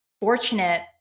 fortunate